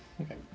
Okay